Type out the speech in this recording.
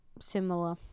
similar